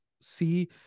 see